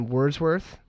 Wordsworth